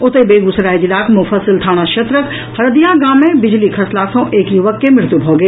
ओतहि बेगूसराय जिलाक मुफस्सिल थाना क्षेत्रक हरदिया गाम मे बिजली खसला सँ एक युवक के मृत्यु भऽ गेल